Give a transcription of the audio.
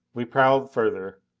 we prowled further.